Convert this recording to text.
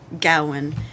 Gowan